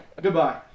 Goodbye